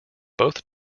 both